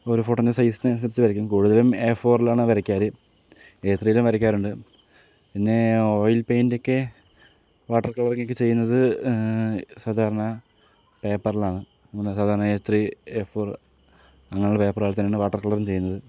ഓരോ ഫോട്ടോയിൻ്റെ സൈസിനനുസരിച്ച് വരയ്ക്കും കൂടുതലും എ ഫോറിലാണ് വരയ്ക്കാറ് എ ത്രിയിലും വരയ്ക്കാറുണ്ട് പിന്നെ ഓയിൽ പെയിൻറ്റെക്കെ വാട്ടർ കളറിങ്ങൊക്കെ ചെയ്യുന്നത് സാധാരണ പേപ്പറിലാണ് സാധാരണ എ ത്രി എ ഫോർ അങ്ങനെയുള്ള പേപ്പറുകളിൽ തന്നെയാണ് വാട്ടർ കളറും ചെയ്യുന്നത്